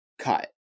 cut